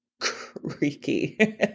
creaky